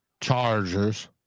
Chargers